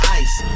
ice